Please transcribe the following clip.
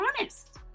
honest